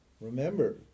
Remember